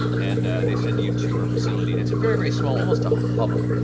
and they send you to her facility. and it's a very very small, almost a hovel,